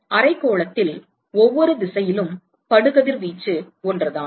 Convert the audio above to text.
அரைக்கோளத்தில் ஒவ்வொரு திசையிலும் படு கதிர்வீச்சு ஒன்றுதான்